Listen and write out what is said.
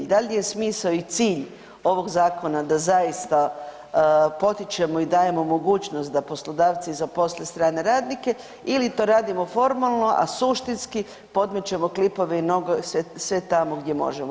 Da li je smisao i cilj ovog zakona da zaista potičemo i dajemo mogućnost da poslodavci zaposle strane radnike ili to radimo formalno, a suštinski podmećemo klipove i noge sve tamo gdje možemo.